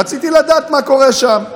רציתי לדעת מה קורה שם.